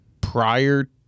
prior